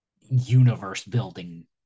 universe-building